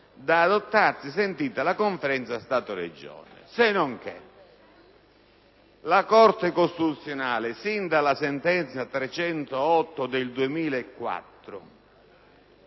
da adottarsi sentita la Conferenza Stato-Regioni. Senonché, la Corte costituzionale, sin dalla sentenza n. 308 del 2004,